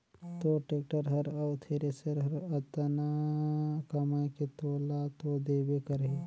तोर टेक्टर हर अउ थेरेसर हर अतना कमाये के तोला तो देबे करही